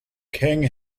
king